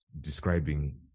describing